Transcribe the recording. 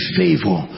favor